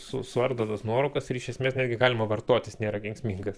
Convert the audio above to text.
su suardo tas nuorūkas ir iš esmės netgi galima vartot jis nėra kenksmingas